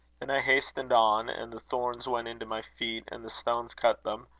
then i hastened on, and the thorns went into my feet, and the stones cut them.